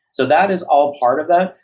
so that is all part of that.